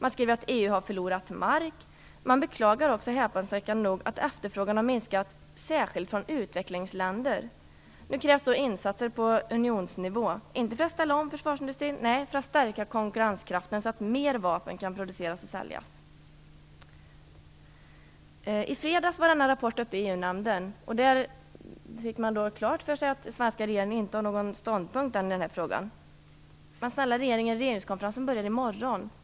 Man skriver att EU har "förlorat mark". Man beklagar också - häpnadsväckande nog - att efterfrågan har minskat "särskilt från utvecklingsländer". Nu krävs insatser på unionsnivå, inte för att ställa om försvarsindustrin, nej, för att stärka konkurrenskraften så att mer vapen kan produceras och säljas. I fredags var denna rapport uppe i EU-nämnden. Där fick man klart för sig att den svenska regeringen ännu inte hade intagit någon ståndpunkt i frågan. Men snälla regeringen, regeringskonferensen börjar i morgon!